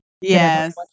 Yes